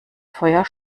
feuer